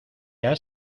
has